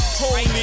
holy